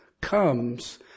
comes